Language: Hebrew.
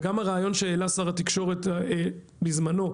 וגם הרעיון שהעלה שר התקשורת כחלון בזמנו,